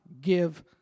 give